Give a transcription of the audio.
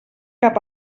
cap